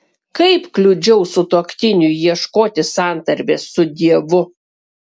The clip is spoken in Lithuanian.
kaip kliudžiau sutuoktiniui ieškoti santarvės su dievu